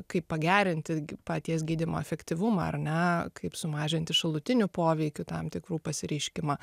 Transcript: kaip pagerinti paties gydymo efektyvumą ar ne kaip sumažinti šalutinių poveikių tam tikrų pasireiškimą